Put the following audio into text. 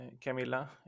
Camilla